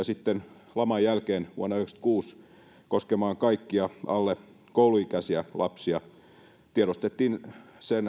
sitten laman jälkeen vuonna yhdeksänkymmentäkuusi koskemaan kaikkia alle kouluikäisiä lapsia tiedostettiin